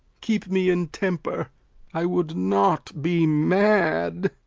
keep me in temper i would not be mad!